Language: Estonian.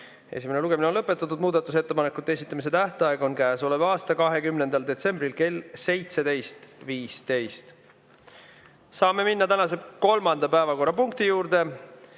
Esimene lugemine on lõpetatud. Muudatusettepanekute esitamise tähtaeg on 20. detsembril kell 17.15. Saame minna tänase kolmanda päevakorrapunkti juurde: